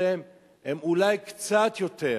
אולי הן קצת יותר